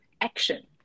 action